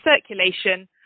circulation